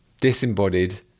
disembodied